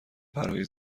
پرهای